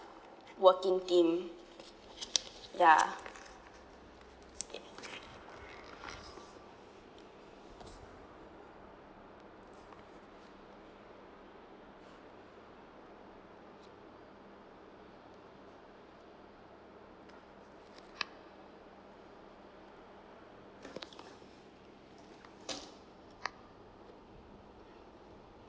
working team ya